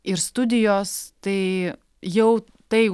ir studijos tai jau tai